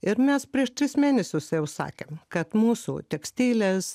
ir mes prieš tris mėnesius jau sakėm kad mūsų tekstilės